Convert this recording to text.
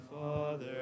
Father